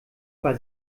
bei